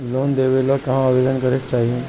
Loan लेवे ला कहाँ आवेदन करे के चाही?